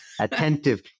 attentive